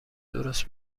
درست